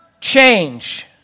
change